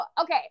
okay